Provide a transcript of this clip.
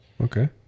Okay